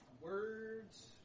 words